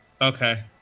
Okay